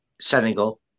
Senegal